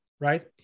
right